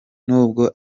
nubwo